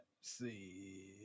see